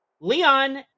Leon